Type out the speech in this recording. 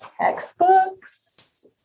textbooks